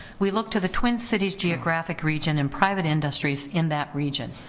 we look to the twin cities geographic region in private industries in that region.